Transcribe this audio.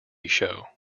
show